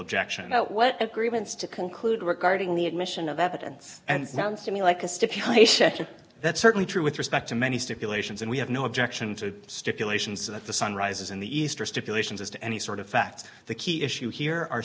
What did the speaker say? objection what agreements to conclude regarding the admission of evidence and sounds to me like a stipulation that's certainly true with respect to many stipulations and we have no objection to stipulations that the sun rises in the easter stipulations as to any sort of facts the key issue here are